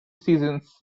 seasons